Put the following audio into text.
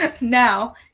now